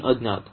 तीन अज्ञात